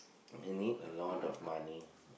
you need a lot of money